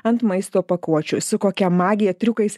ant maisto pakuočių su kokia magija triukais